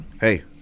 hey